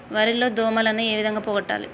వరి లో దోమలని ఏ విధంగా పోగొట్టాలి?